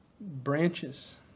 branches